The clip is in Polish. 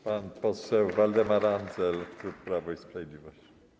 Pan poseł Waldemar Andzel, klub Prawo i Sprawiedliwość.